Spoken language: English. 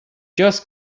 just